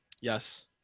Yes